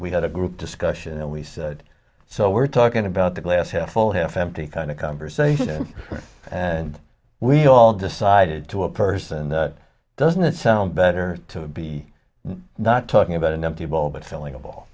we had a group discussion and we said so we're talking about the glass half full half empty kind of conversation and we all decided to a person that doesn't it sounds better to be not talking about an empty ball but filling a ball